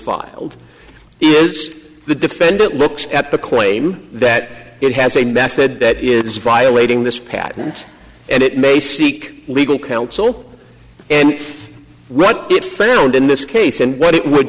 filed is the defendant looks at the claim that it has a method that is violating this patent and it may seek legal counsel and what it found in this case and what it would